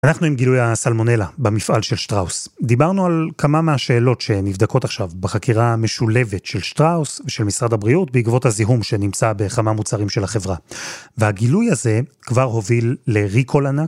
אנחנו עם גילוי הסלמונלה במפעל של שטראוס. דיברנו על כמה מהשאלות שנבדקות עכשיו בחקירה המשולבת של שטראוס ושל משרד הבריאות בעקבות הזיהום שנמצא בכמה מוצרים של החברה. והגילוי הזה כבר הוביל לריקול ענק.